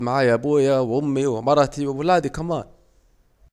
معايا ابويا وامي ومرتي كمان